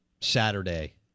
Saturday